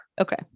okay